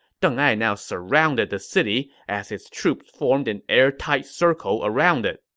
deng ai now surrounded the city as his troops formed an air-tight circle around it